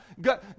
God